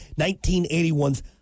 1981's